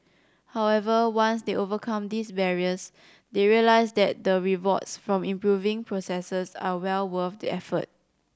however once they overcome these barriers they realise that the rewards from improving processes are well worth the effort